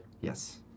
Yes